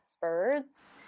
birds